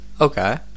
Okay